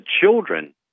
children